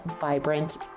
vibrant